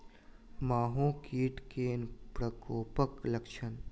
माहो कीट केँ प्रकोपक लक्षण?